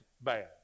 bad